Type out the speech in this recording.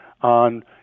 on